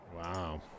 Wow